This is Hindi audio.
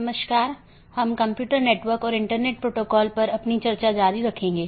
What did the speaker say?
नमस्कार हम कंप्यूटर नेटवर्क और इंटरनेट पाठ्यक्रम पर अपनी चर्चा जारी रखेंगे